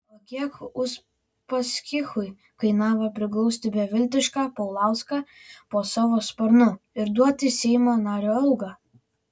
o kiek uspaskichui kainavo priglausti beviltišką paulauską po savo sparnu ir duoti seimo nario algą